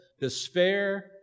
despair